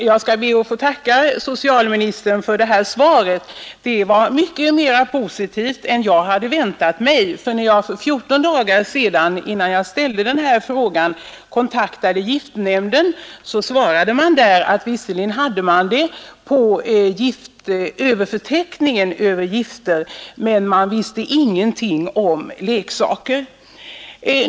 Herr talman! Jag ber att få tacka socialministern för svaret. Det var mycket mera positivt än jag hade väntat mig, för när jag för 14 dagar sedan, innan. jag ställde den här frågan, kontaktade giftnämnden, svarade man där, att visserligen hade man kadmium i förteckningen över gifter, men man visste ingenting om leksaker.